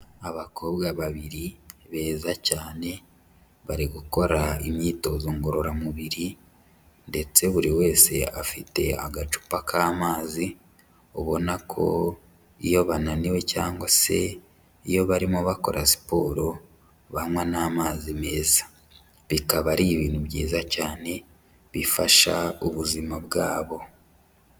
Abakobwa babiri beza cyane bari gukora imyitozo ngororamubiri ndetse buri wese afite agacupa k'amazi ubona ko iyo bananiwe cyangwa se iyo barimo bakora siporo banywa n'amazi meza bikaba ari ibintu byiza cyane bifasha ubuzima bwabo.